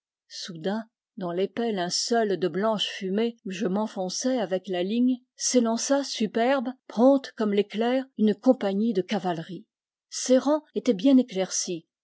soudain dans l'épais linceul de blanche fumée où je m'enfonçais avec la ligne s'élança superbe prompte comme l'éclair une compagnie de cavalerie ses rangs étaient bien éclaircis